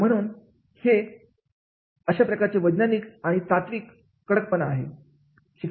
तर म्हणून हे प्रकारचे वैज्ञानिक आणि तात्विक कडकपणा आहे